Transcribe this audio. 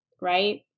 right